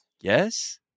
Yes